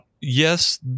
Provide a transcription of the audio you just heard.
Yes